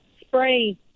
spray